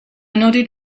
nodded